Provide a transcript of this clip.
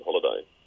holiday